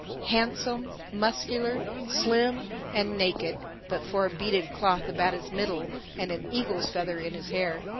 handsome, muscular, slim and naked but for a beaded cloth about his middle and an eagle's feather in his hair.